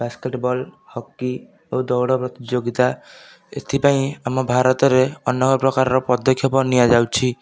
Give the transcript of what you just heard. basketball hockey ଓ ଦୌଡ଼ ପ୍ରତିଯୋଗିତା ଏଥିପାଇଁ ଆମ ଭାରତରେ ଅନେକ ପ୍ରକାରର ପଦକ୍ଷେପ ନିଆଯାଉଛି